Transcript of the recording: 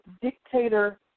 dictator